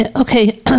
Okay